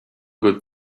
good